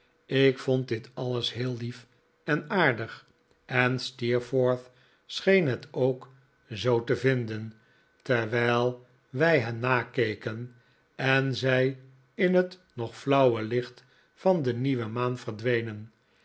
ik vond dit alles heel lief en aardig en steerforth scheen het ook zoo te vinden terwijl wij hen nakeken en zij in het nog flauwe licht van de nieuwe maan verdwenen